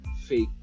fake